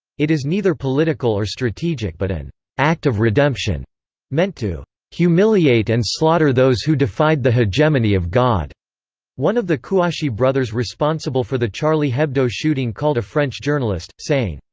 it is neither political or strategic but an act of redemption meant to humiliate and slaughter those who defied the hegemony of god one of the kouachi brothers responsible for the charlie hebdo shooting called a french journalist, saying,